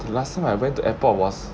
the last time I went to airport was